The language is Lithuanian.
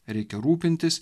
reikia rūpintis